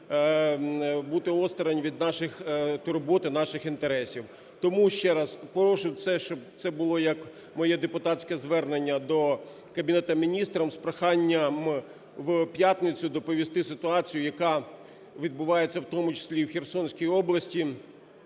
бути осторонь від наших турбот і наших інтересів. Тому ще раз прошу це, щоб, це було як моє депутатське звернення до Кабінету Міністрів з проханням в п'ятницю доповісти ситуацію, яка відбувається в тому числі і в Херсонській області,